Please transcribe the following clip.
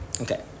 Okay